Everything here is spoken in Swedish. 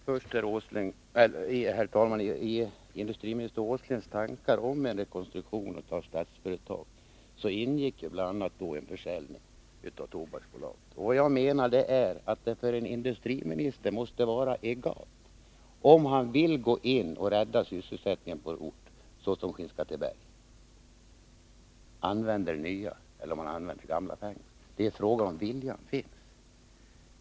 Herr talman! I industriminister Åslings tankar om en rekonstruktion av Statsföretag ingick bl.a. försäljning av Tobaksbolaget. Jag menar att det för en industriminister måste vara egalt om han för att gå in och rädda sysselsättningen på en ort, exempelvis Skinnskatteberg, använder nya eller gamla pengar. Frågan är om viljan finns.